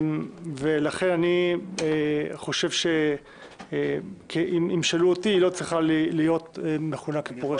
ולכן אני חושב שאם ישאלו אותי היא לא צריכה להיות מכונה כפורשת.